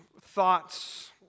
thoughts